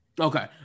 Okay